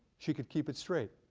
she could keep it straight.